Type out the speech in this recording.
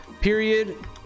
period